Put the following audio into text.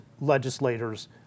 legislators